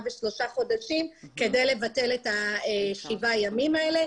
ושלושה חודשים כדי לבטל את שבעת הימים האלה.